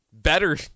better